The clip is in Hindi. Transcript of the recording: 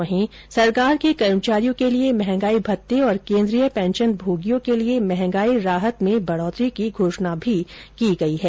वहीं केन्द्र सरकार के कर्मचारियों के लिए मंहगाई भत्ते और केन्द्रीय पेंशनभोगियों के लिए मंहगाई राहत में बढ़ोतरी की घोषणा भी की है